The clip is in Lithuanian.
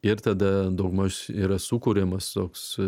ir tada daugmaž yra sukuriamas toks